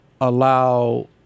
allow